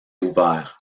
ouvert